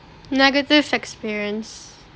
negative experience